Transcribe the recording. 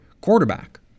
quarterback